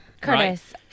Curtis